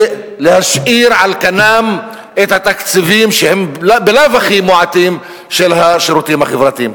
ולהשאיר על כנם את התקציבים שהם בלאו הכי מועטים של השירותים החברתיים.